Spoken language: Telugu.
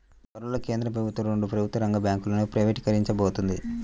త్వరలో కేంద్ర ప్రభుత్వం రెండు ప్రభుత్వ రంగ బ్యాంకులను ప్రైవేటీకరించబోతోంది